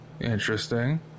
Interesting